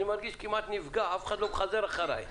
אני מרגיש כמעט נפגע, אף אחד לא מחזר אחריי.